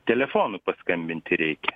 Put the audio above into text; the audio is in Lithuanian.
telefonu paskambinti reikia